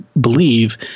believe